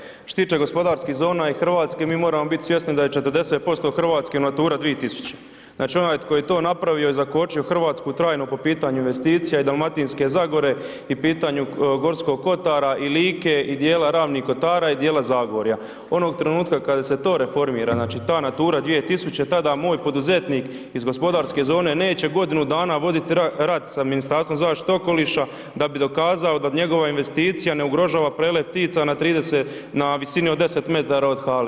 Ma gledajte, što se tiče gospodarskih zona i Hrvatske mi moramo biti svjesni da je 40% Hrvatske Natura 2000, znači onaj tko je to napravio i zakočio Hrvatsku trajno po pitanju investicija i Dalmatinske zagore i pitanju Gorskog kotara i Like i dijela Ravnih kotara i dijela Zagorja, onog trenutka kada se to reformira znači ta Natura 2000 tada moj poduzetnik iz gospodarske zone neće godinu dana vodit rat sa Ministarstvom zaštite okoliša da bi dokazao da njegova investicija ne ugrožava prelet ptica na 30, na visini od 10 metara od hale.